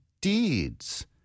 deeds